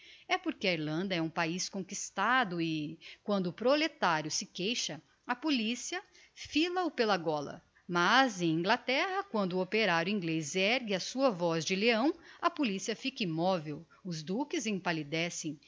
é porque a irlanda é um paiz conquistado e quando o proletario se queixa a policia fila o pela gola mas em inglaterra quando o operario inglez ergue a sua voz de leão a policia fica immovel os duques empallidecem